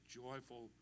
joyful